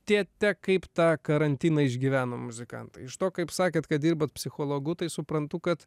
tėte kaip tą karantiną išgyveno muzikantai iš to kaip sakėt kad dirbot psichologu tai suprantu kad